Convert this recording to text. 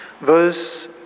verse